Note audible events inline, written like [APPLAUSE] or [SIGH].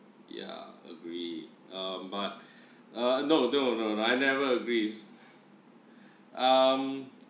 ya agree uh but [BREATH] uh no no no I never agrees [BREATH] um